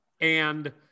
And-